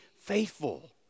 faithful